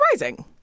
rising